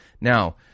Now